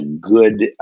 good